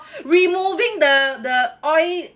removing the the oil